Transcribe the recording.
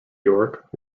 york